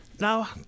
Now